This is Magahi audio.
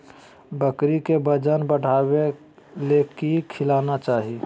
बकरी के वजन बढ़ावे ले की खिलाना चाही?